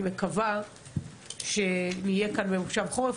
אני מקווה שנהיה כאן במושב החורף,